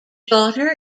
daughter